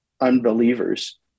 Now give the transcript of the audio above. unbelievers